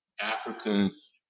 Africans